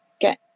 get